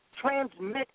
transmit